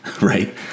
Right